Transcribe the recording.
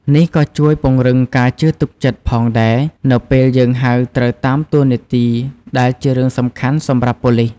នេះក៏ជួយពង្រឹងការជឿទុកចិត្តផងដែរ នៅពេលយើងហៅត្រូវតាមតួនាទីដែលជារឿងសំខាន់សម្រាប់ប៉ូលិស។